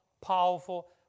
powerful